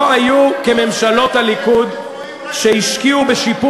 לא היו כממשלות הליכוד שהשקיעו בשיפור